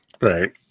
Right